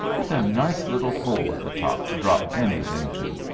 with a nice little hole at the top to drop pennies into?